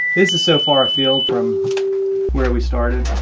this is so far afield from where we started.